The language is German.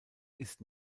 ist